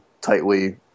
tightly